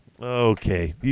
Okay